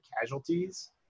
casualties